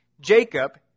Jacob